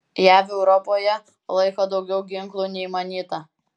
jav europoje laiko daugiau ginklų nei manyta